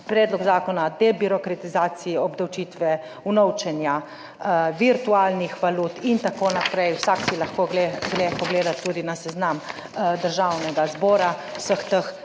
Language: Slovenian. Predlog zakona o debirokratizaciji obdavčitve unovčenja virtualnih valut in tako naprej. Vsak si lahko gre pogledati tudi na seznam Državnega zbora vseh teh